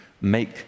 make